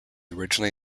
originally